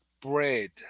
bread